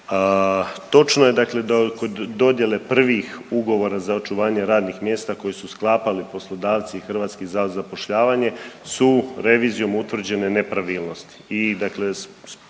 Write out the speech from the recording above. Točno je da kod dojele prvih ugovora za očuvanje radnih mjesta koje su sklapali poslodavci i HZZ su revizijom utvrđene nepravilnosti